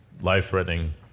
Life-threatening